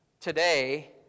today